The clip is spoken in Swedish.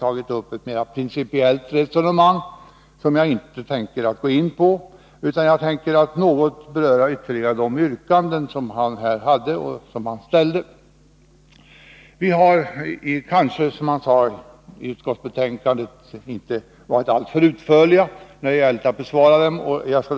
tagit upp ett mera principiellt resonemang, men jag tänker inte gå in på det. I stället tänkte jag något beröra de yrkanden som Tommy Franzén ställde. Vi har i utskottet inte varit alltför utförliga när det gällt att behandla motionerna.